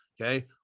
Okay